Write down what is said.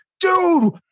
dude